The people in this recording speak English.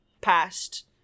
past